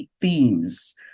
themes